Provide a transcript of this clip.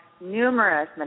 numerous